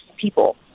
people